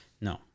No